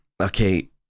Okay